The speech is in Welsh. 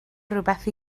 rywbeth